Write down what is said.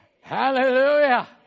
Hallelujah